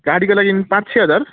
गाडीको लागि पाँच छ हजार